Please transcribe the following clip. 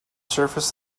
surface